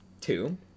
Two